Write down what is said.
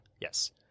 Yes